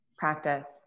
practice